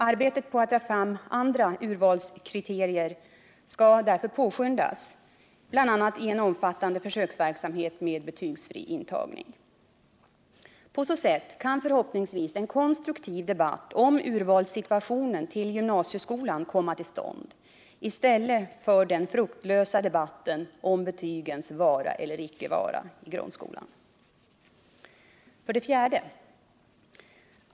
Arbetet på att ta fram andra urvalskriterier skall därför påskyndas, bl.a. i en omfattande försöksverksamhet med betygsfri intagning. På så sätt kan förhoppningsvis en konstruktiv debatt om urvalssituationen i samband med tillträde till gymnasieskolan komma till stånd i stället för den fruktlösa debatten om betygens vara eller inte vara i grundskolan. 4.